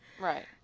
Right